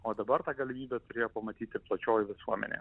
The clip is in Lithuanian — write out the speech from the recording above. o dabar tą galimybę turėjo pamatyti plačioji visuomenė